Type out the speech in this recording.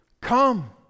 come